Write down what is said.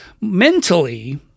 mentally